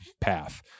path